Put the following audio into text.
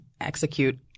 execute